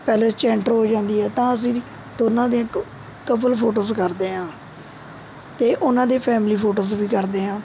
palace 'ਚ enter ਹੋ ਜਾਂਦੀ ਹੈ ਤਾਂ ਅਸੀਂ ਦੋਨਾਂ ਦੀਆਂ ਕ ਕਪਲ ਫੋਟੋਜ਼ ਕਰਦੇ ਹਾਂ ਅਤੇ ਉਹਨਾਂ ਦੀ ਫੈਮਿਲੀ ਫੋਟੋਜ਼ ਵੀ ਕਰਦੇ ਹਾਂ